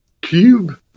cube